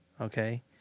okay